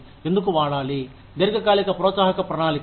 ఎందుకు వాడాలి దీర్ఘకాలిక ప్రోత్సాహక ప్రణాళికలు